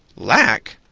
lack!